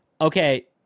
okay